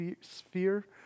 sphere